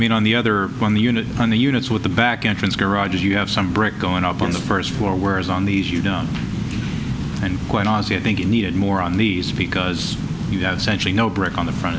mean on the other on the unit on the units with the back entrance garages you have some brick going up on the first floor whereas on these you know and quite honestly i think you needed more on these peak us you have century no brick on the front